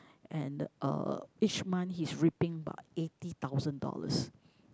and uh each month he's ripping but eighty thousand dollars